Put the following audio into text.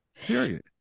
Period